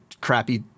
crappy